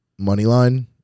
Moneyline